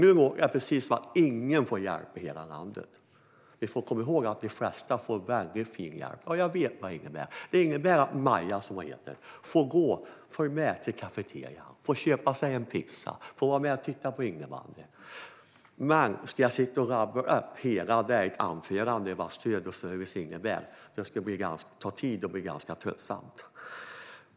Det låter som att ingen i hela landet får hjälp, men vi ska komma ihåg att de flesta får väldigt fin hjälp. Jag vet vad LSS innebär. Det innebär att Maja, som hon heter, får följa med till kafeterian, köpa sig en pizza och vara med och titta på innebandyn. Men om jag i ett anförande skulle rabbla upp allt vad stöd och service innebär skulle det ta tid och bli ganska tröttsamt.